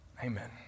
Amen